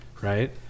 Right